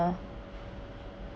uh